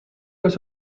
was